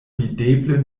videble